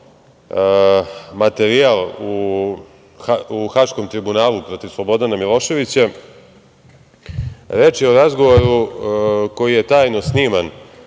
materijal u Haškom tribunalu protiv Slobodana Miloševića. Reč je o razgovoru koji je tajno sniman,